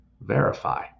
verify